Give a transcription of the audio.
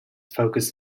focus